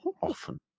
often